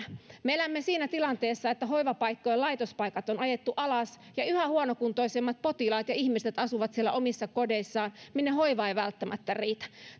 me elämme siinä tilanteessa että hoivapaikkojen laitospaikat on on ajettu alas ja yhä huonokuntoisemmat potilaat ja ihmiset asuvat siellä omissa kodeissaan minne hoivaa ei välttämättä riitä